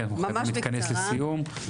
כי אנחנו חייבים להתכנס לסיום,